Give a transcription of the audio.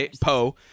Poe